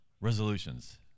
resolutions